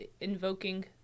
invoking